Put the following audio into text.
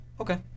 Okay